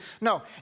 No